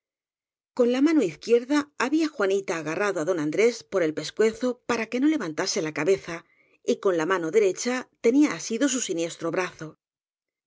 con la mano izquierda había juanita agarrado á don andrés por el pescuezo para que no levantase la cabeza y con la mano derecha tenía asido su si niestro brazo